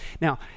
Now